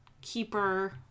keeper